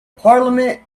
parliament